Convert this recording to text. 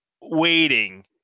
waiting